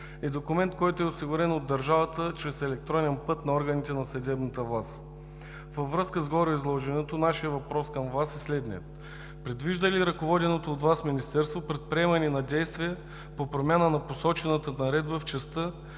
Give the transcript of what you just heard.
е документ, който е осигурен от държавата чрез електронен път на органите на съдебната власт. Във връзка с гореизложеното нашият въпрос към Вас е следният: предвижда ли ръководеното от Вас Министерство предприемане на действия по промяна на посочената Наредба в частта,